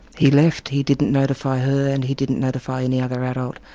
he left he didn't notify her and he didn't notify any other adult.